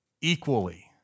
equally